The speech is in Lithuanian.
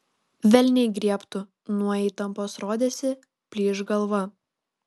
velniai griebtų nuo įtampos rodėsi plyš galva